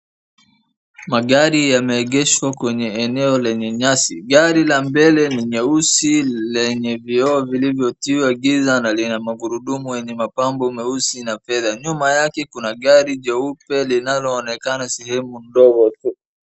Magari yameegeshwa kwenye eneo lenye nyasi. Gari la mbele ni nyeusi lenye vioo vilivyotiwa giza na lina magurudumu yenye mapambo meusi na fedha. Nyuma yake kuna gari jeupe linaloonekana sehemu ndogo tu.